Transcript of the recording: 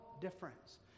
difference